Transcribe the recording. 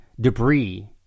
debris